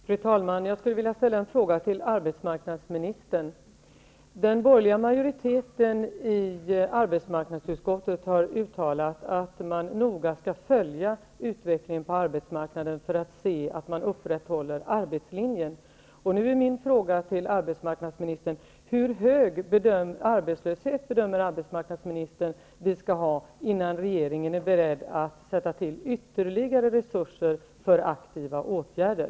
Fru talman! Jag skulle vilja ställa en fråga till arbetsmarknadsministern. Den borgerliga majoriteten i arbetsmarknadsutskottet har uttalat att man noga skall följa utvecklingen på arbetsmarknaden för att se att arbetslinjen upprätthålls. Nu är min fråga till arbetsmarknadsministern: Hur hög arbetslöshet bedömer arbetsmarknadsministern att vi skall ha, innan regeringen är beredd att sätta till ytterligare resurser för aktiva åtgärder?